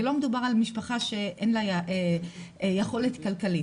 ולא מדובר על משפחה שאין לה יכולת כלכלית.